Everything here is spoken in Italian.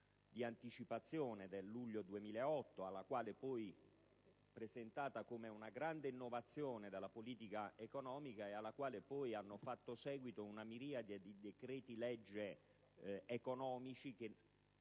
di anticipazione del luglio 2008, presentata come una grande innovazione della politica economica, alla quale hanno poi fatto seguito una miriade di decreti-legge economici che